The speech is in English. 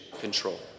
control